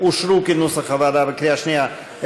אושרו כנוסח הוועדה בקריאה שנייה.